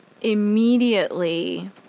immediately